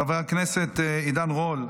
חבר הכנסת עידן רול,